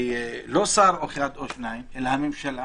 לא שר אחד או שניים אלא הממשלה